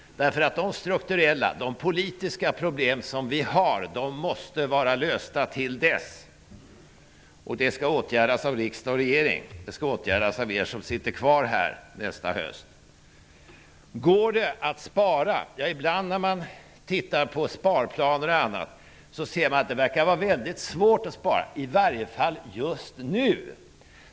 De strukturella och politiska problem som vi har måste vara lösta till dess. De skall åtgärdas av riksdagen och regeringen. De skall åtgärdas av er som sitter kvar här nästa höst. Går det att spara? Ibland när man tittar på sparplaner och annat ser man att det verkar vara väldigt svårt att spara, i varje fall just nu.